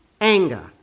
anger